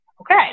Okay